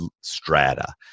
strata